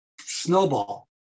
snowball